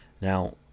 Now